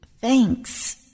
Thanks